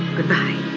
Goodbye